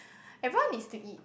everyone needs to eat